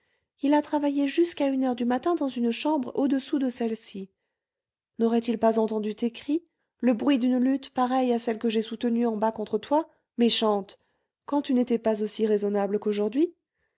il a travaillé jusqu'à une heure du matin dans une chambre au-dessous de celle-ci n'aurait-il pas entendu tes cris le bruit d'une lutte pareille à celle que j'ai soutenue en bas contre toi méchante quand tu n'étais pas aussi raisonnable qu'aujourd'hui